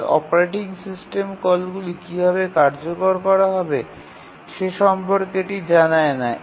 তবে operating system কলগুলি কীভাবে কার্যকর করা হবে সে সম্পর্কে এটি জানায় না